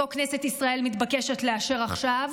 שאותו כנסת ישראל מתבקשת לאשר עכשיו,